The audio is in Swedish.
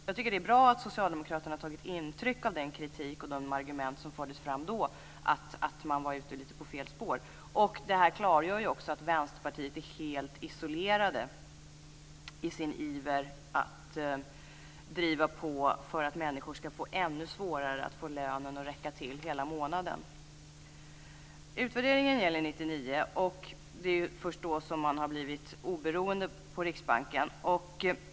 Jag tycker att det är bra att socialdemokraterna har tagit intryck av den kritik och de argument som fördes fram då, att man var ute lite på fel spår. Det klargör också att Vänsterpartiet är helt isolerat i sin iver att driva på för att människor ska få ännu svårare att få lönen att räcka till hela månaden. Utvärderingen gäller år 1999. Det är först då som Riksbanken har blivit oberoende.